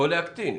או להקטין.